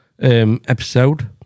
episode